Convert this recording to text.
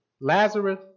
Lazarus